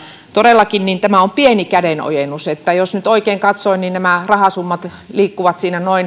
todellakin tämä on pieni kädenojennus jos nyt oikein katsoin nämä rahasummat liikkuvat